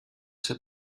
ser